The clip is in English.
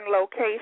location